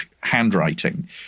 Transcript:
handwriting